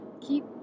keep